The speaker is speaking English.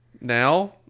now